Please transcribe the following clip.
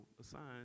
assigned